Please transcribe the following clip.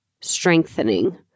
strengthening